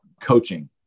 coaching